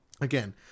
again